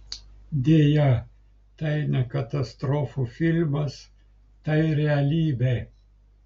deja tai ne katastrofų filmas tai realybė